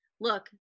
look